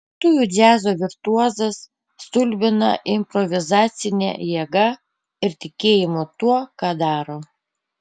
lietuvių džiazo virtuozas stulbina improvizacine jėga ir tikėjimu tuo ką daro